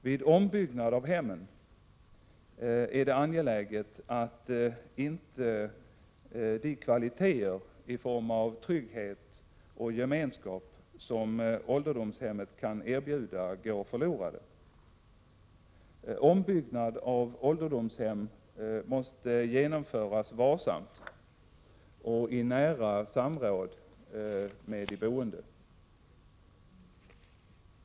Vid ombyggnad av hemmen är det angeläget att inte de kvaliteter i form av trygghet och gemenskap som ålderdomshemmet kan erbjuda går förlorade. Ombyggnad av ålderdomshem måste genomföras varsamt och i nära samråd med de boende.